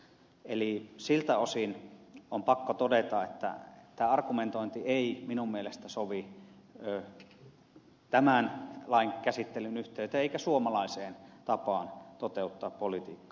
eli siltä osin on pakko todeta että tämä argumentointi ei minun mielestäni sovi tämän lain käsittelyn yhteyteen eikä suomalaiseen tapaan toteuttaa politiikkaa